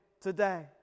today